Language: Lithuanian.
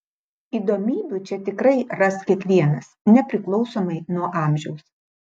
įdomybių čia tikrai ras kiekvienas nepriklausomai nuo amžiaus